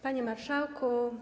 Panie Marszałku!